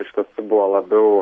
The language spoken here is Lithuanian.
iš tiesų buvo labiau